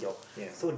ya